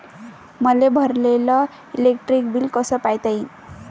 मले भरलेल electric bill कस पायता येईन?